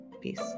Peace